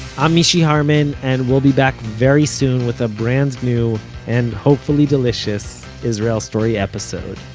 i'm mishy harman, and we'll be back very soon with a brand new and hopefully delicious israel story episode.